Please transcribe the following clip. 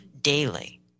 daily